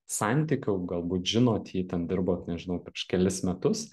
santykių galbūt žinot jį ten dirbot nežinau prieš kelis metus